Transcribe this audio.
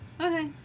Okay